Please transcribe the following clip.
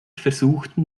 versuchten